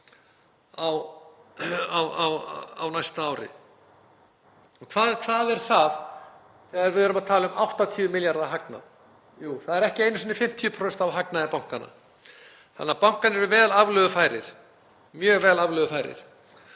á næsta ári. Og hvað er það þegar við erum að tala um 80 milljarða hagnað? Jú, það er ekki einu sinni 50% af hagnaði bankanna, þannig að bankarnir eru vel aflögufærir, mjög vel aflögufærir